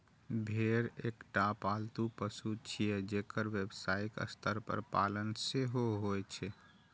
भेड़ एकटा पालतू पशु छियै, जेकर व्यावसायिक स्तर पर पालन सेहो होइ छै